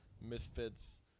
misfits